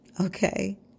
okay